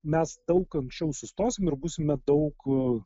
mes daug anksčiau sustosim ir būsime daug